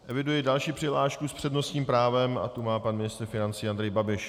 Eviduji další přihlášku s přednostním právem a tu má pan ministr financí Andrej Babiš.